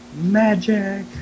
Magic